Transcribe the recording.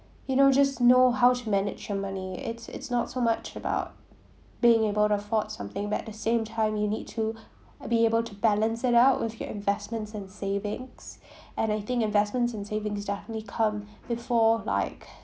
you know just know how to manage your money it's it's not so much about being able to afford something but at the same time you need to be able to balance it out with your investments and savings and I think investments and savings definitely come before like